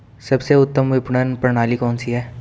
सबसे उत्तम विपणन प्रणाली कौन सी है?